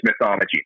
mythology